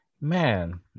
Man